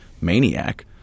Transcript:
maniac